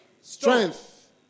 strength